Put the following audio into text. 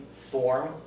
form